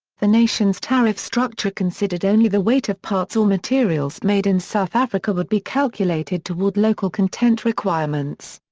the nation's tariff structure considered only the weight of parts or materials made in south africa would be calculated toward local content requirements.